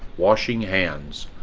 washing hands,